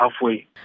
halfway